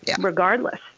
regardless